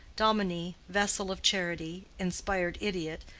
dominie, vessel of charity, inspired idiot,